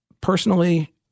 personally